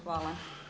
Hvala.